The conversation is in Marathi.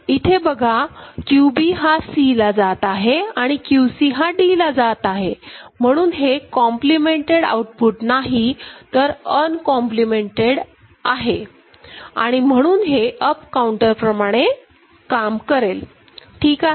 इथे बघा QB हा C ला जात आहे आणि QC हा D ला जात आहे म्हणून हे कॉम्पलीमेंटेड आउटपुट नाही तर अनकॉम्पलेमेंटेड आणि म्हणून हे अपकाउंटर प्रमाणे काम करेल ठीक आहे